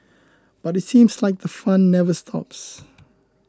but it seems like the fun never stops